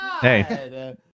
Hey